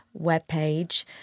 webpage